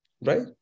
right